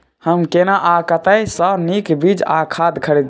हम केना आ कतय स नीक बीज आ खाद खरीदे?